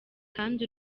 kandi